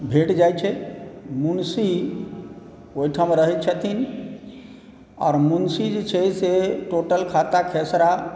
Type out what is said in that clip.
भेट जाइ छै मुन्शी ओहिठाम रहै छथिन आओर मुन्शी जे छथिन से टोटल खाता खेसरा